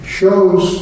shows